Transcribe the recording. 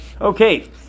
okay